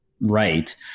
right